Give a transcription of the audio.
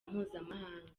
mpuzamahanga